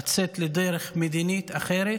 לצאת לדרך מדינית אחרת,